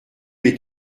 est